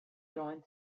joined